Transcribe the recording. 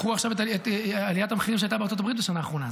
קחו עכשיו את עליית המחירים שהייתה בארצות הברית בשנה האחרונה.